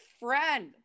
friend